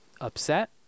upset